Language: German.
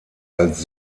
als